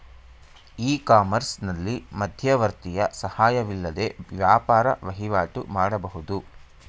E ಕಾಮರ್ಸ್ನಲ್ಲಿ ಮಧ್ಯವರ್ತಿಯ ಸಹಾಯವಿಲ್ಲದೆ ವ್ಯಾಪಾರ ವಹಿವಾಟು ಮಾಡಬಹುದು